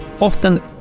often